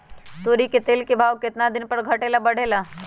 तोरी के तेल के भाव केतना दिन पर घटे ला बढ़े ला?